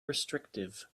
restrictive